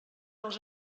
els